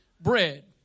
bread